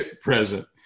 present